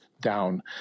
Down